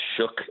shook